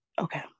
Okay